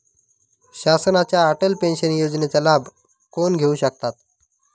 शासनाच्या अटल पेन्शन योजनेचा लाभ कोण घेऊ शकतात?